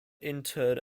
interred